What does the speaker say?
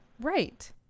Right